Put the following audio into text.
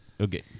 Okay